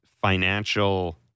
financial